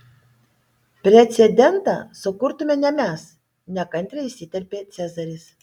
precedentą sukurtume ne mes nekantriai įsiterpė cezaris